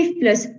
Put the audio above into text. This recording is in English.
plus